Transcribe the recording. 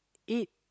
ate